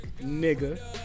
Nigga